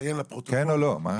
כן או לא, מה?